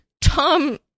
Tom